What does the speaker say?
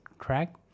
track